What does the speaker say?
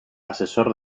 asesor